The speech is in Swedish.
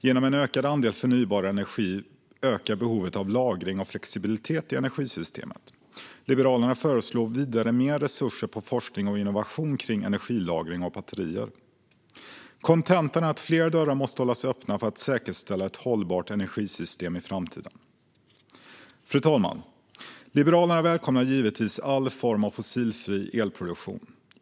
Genom en ökad andel förnybar energi ökar behovet av lagring och flexibilitet i energisystemet. Liberalerna föreslår vidare mer resurser på forskning och innovation kring energilagring och batterier. Kontentan är att fler dörrar måste hållas öppna för att säkerställa ett hållbart energisystem i framtiden. Fru talman! Liberalerna välkomnar givetvis alla former av fossilfri elproduktion.